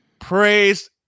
Praise